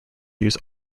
use